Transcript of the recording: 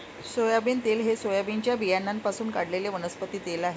soybean तेल हे सोयाबीनच्या बियाण्यांपासून काढलेले वनस्पती तेल आहे